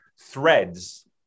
threads